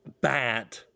bad